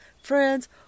friends